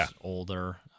older